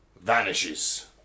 vanishes